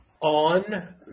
on